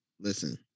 listen